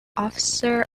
officer